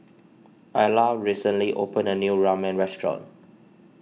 Ayla recently opened a new Ramen restaurant